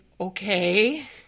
okay